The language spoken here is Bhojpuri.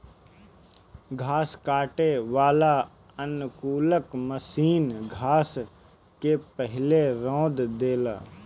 घास काटे वाला अनुकूलक मशीन घास के पहिले रौंद देला